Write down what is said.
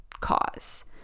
cause